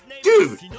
Dude